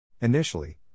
Initially